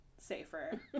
safer